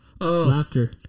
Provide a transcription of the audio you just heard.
laughter